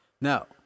now